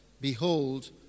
Behold